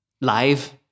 live